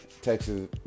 Texas